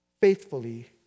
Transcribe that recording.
faithfully